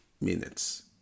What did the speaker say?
minutes